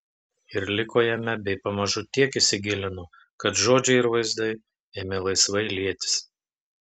ir liko jame bei pamažu tiek įsigilino kad žodžiai ir vaizdai ėmė laisvai lietis